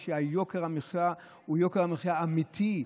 יוקר המחיה הוא יוקר מחיה אמיתי.